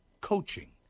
Coaching